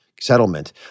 settlement